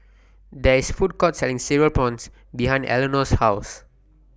There IS A Food Court Selling Cereal Prawns behind Elinore's House